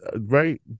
right